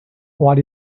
what